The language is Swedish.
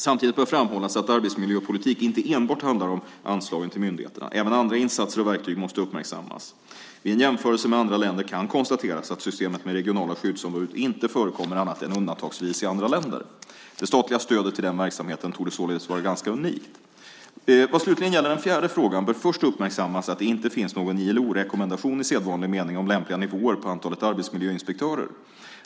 Samtidigt bör framhållas att arbetsmiljöpolitik inte enbart handlar om anslagen till myndigheterna. Även andra insatser och verktyg måste uppmärksammas. Vid en jämförelse med andra länder kan konstateras att systemet med regionala skyddsombud inte förekommer annat än undantagsvis i andra länder. Det svenska statliga stödet till den verksamheten torde således vara ganska unikt. Vad slutligen gäller den fjärde frågan bör först uppmärksammas att det inte finns någon ILO-rekommendation i sedvanlig mening om lämpliga nivåer på antalet arbetsmiljöinspektörer.